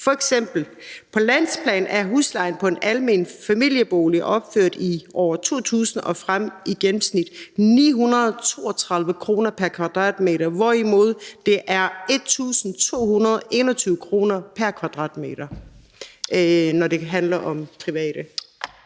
boliger. På landsplan er huslejen for en almen familiebolig opført i år 2000 og frem i gennemsnit f.eks. 932 kr. pr. kvadratmeter, hvorimod den er 1.221 kr. pr. kvadratmeter, når det handler om private.